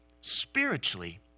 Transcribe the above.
spiritually